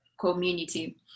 community